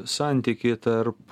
santykį tarp